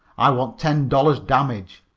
i want ten dollars damage,